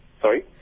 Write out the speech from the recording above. Sorry